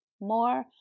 more